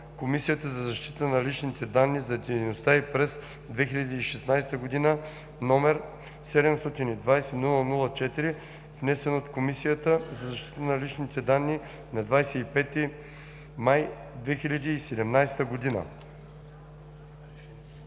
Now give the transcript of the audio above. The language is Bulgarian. Комисията за защита на личните данни за дейността й през 2016 г., № 720-00-4, внесен от Комисията за защита на личните данни на 26 май 2017 г.,